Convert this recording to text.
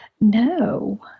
No